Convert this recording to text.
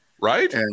Right